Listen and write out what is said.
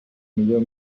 millor